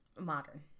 Modern